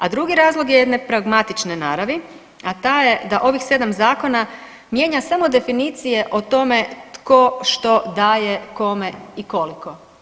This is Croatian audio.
A drugi razlog jedne pragmatične naravi, a ta je da ovih 7 zakona mijenja samo definicije o tome tko što daje kome i koliko.